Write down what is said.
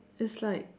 it's like